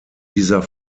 dieser